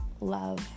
love